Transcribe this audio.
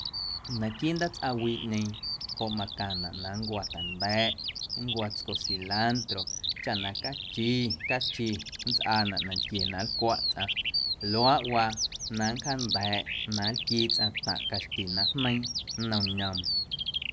Naquiiꞌ ndaatsꞌawiiꞌñeeⁿ joꞌ macaⁿnaꞌ na nncwo̱ ta̱nda̱ꞌ nncwo̱ tsco cilantro chaꞌ na cachi cachi nntsꞌaanaꞌ nantquie na nlcwaꞌ tsꞌaⁿ luaꞌwaa na nncjaanda̱a̱ꞌ na nlquii tsꞌaⁿ taⁿꞌ caxti na jneiiⁿ nnom ñoom.